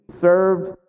served